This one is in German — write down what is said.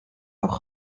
auch